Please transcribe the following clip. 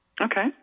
Okay